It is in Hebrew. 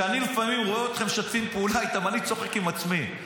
כשאני לפעמים רואה אתכם משתפים פעולה איתם אני צוחק עם עצמי.